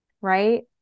Right